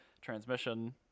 transmission